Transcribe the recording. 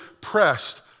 pressed